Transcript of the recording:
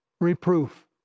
reproof